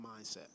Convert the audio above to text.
mindset